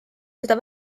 seda